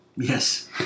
Yes